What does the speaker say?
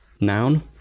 noun